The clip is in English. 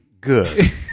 Good